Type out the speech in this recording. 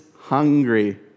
hungry